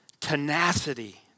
tenacity